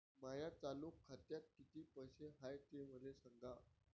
माया चालू खात्यात किती पैसे हाय ते मले सांगा